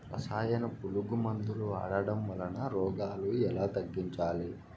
రసాయన పులుగు మందులు వాడడం వలన రోగాలు ఎలా తగ్గించాలి?